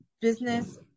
business